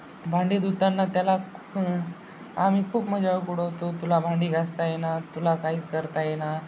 भांडी धुताना त्याला आम्ही खूप मजाक उडवतो तुला भांडी घासता येईना तुला काहीच करता येईना